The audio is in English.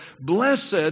blessed